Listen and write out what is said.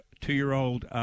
two-year-old